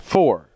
Four